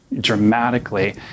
dramatically